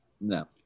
No